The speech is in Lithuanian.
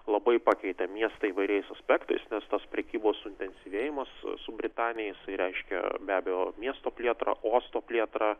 labai pakeitė miestą įvairiais aspektais nes tas prekybos suintensyvėjimas su britanija jisai reiškia be abejo miesto plėtrą uosto plėtrą